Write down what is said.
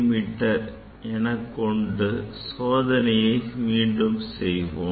me என கொண்டு சோதனையை மீண்டும் செய்வோம்